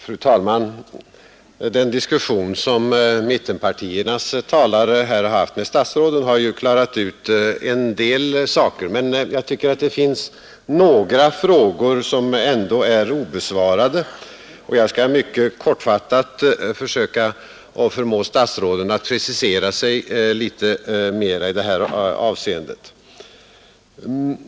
Fru talman! Den diskussion som mittenpartiernas talare här har haft med statsråden har ju klarat ut en del spörsmål, men jag tycker det finns några frågor som ändå är obesvarade, och jag skall mycket kortfattat försöka förmå statsråden att precisera sig litet mer i detta avseende.